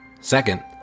Second